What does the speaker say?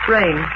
Rain